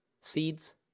seeds